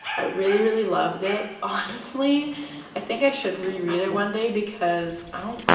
i really really loved it, honestly i think i should reread it one day because